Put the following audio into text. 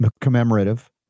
commemorative